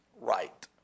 right